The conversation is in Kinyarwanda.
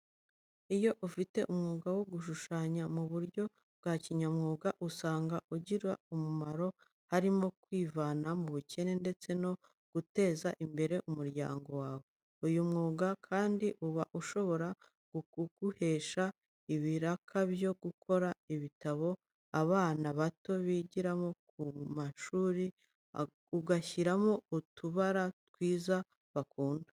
Iyo ufite umwuga wo gushushanya mu buryo bwa kinyamwuga usanga ugira umumaro, harimo kwivana mu bukene ndetse no guteza imbere umuryango wawe. Uyu mwuga kandi uba ushobora kuguhesha ibiraka byo gukora ibitabo abana bato bigiramo ku mashuri, ugashyiramo utubara twiza bakunda.